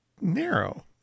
narrow